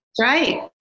right